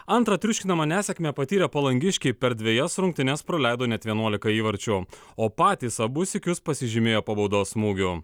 antrą triuškinamą nesėkmę patyrę palangiškiai per dvejas rungtynes praleido net vienuolika įvarčių o patys abu sykius pasižymėjo po baudos smūgių